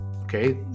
Okay